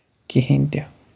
کِہینۍ تہِ